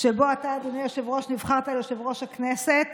שבו אתה, אדוני היושב-ראש, נבחרת ליושב-ראש הכנסת